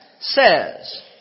says